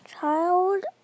child